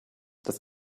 das